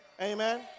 Amen